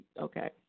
Okay